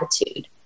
attitude